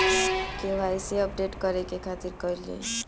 KYC update करे के खातिर का कइल जाइ?